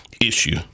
issue